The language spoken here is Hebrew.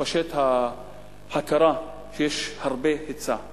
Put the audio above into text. ההכרה שיש הרבה היצע,